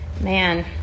man